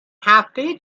هفته